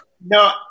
No